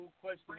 question